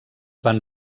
van